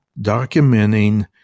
documenting